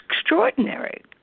extraordinary